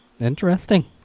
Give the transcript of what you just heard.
Interesting